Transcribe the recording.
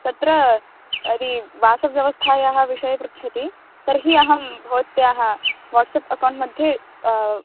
तत्र यदि वासव्यवस्थायाः विषये पृच्छति तर्हि अहं भवत्याः वाट्साप् अक्कौन्ट् मध्ये